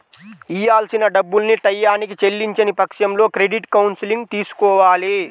ఇయ్యాల్సిన డబ్బుల్ని టైయ్యానికి చెల్లించని పక్షంలో క్రెడిట్ కౌన్సిలింగ్ తీసుకోవాలి